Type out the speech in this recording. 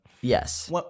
Yes